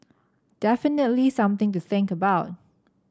definitely something to think about